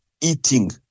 eating